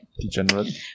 Degenerate